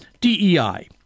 DEI